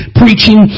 preaching